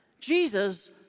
Jesus